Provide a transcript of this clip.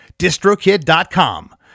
distrokid.com